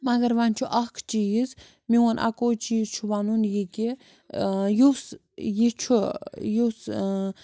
مگر وۄنۍ چھُ اَکھ چیٖز میون اَکوے چیٖز چھُ وَنُن یہِ کہِ یُس یہِ چھُ یُس